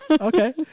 Okay